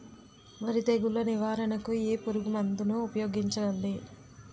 వరి తెగుల నివారణకు ఏ పురుగు మందు ను ఊపాయోగించలి?